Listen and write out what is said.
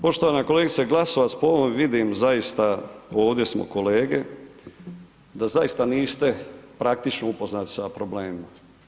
Poštovana kolegice Glasovac po ovome vidim, zaista ovdje smo kolege da zaista niste praktično upoznati sa problemima.